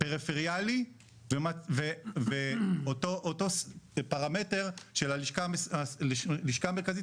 פריפריאלי ואותו פרמטר של הלשכה המרכזית